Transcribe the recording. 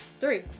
Three